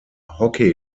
hockey